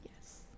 Yes